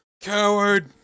Coward